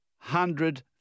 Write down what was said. Hundred